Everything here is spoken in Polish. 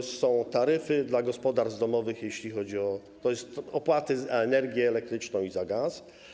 są taryfy dla gospodarstw domowych, jeśli chodzi o opłaty za energię elektryczną i gaz.